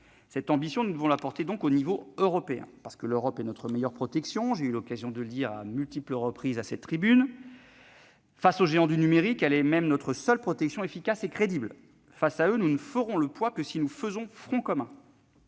Cette ambition, nous devons par conséquent la promouvoir au niveau européen, parce que l'Europe est notre meilleure protection- j'ai eu l'occasion de le dire à de multiples reprises à cette tribune. Face aux géants du numérique, elle est même notre seule protection efficace et crédible. Devant eux, nous ne ferons le poids que si nous faisons front commun.